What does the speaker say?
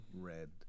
red